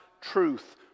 truth